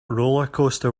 rollercoaster